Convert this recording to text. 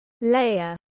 Layer